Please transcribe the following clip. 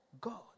God